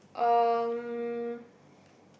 um